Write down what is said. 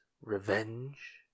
revenge